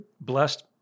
blessed